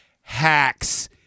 hacks